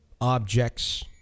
objects